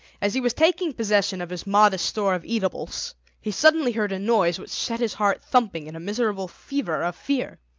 as he was taking possession of his modest store of eatables he suddenly heard a noise which set his heart thumping in a miserable fever of fear.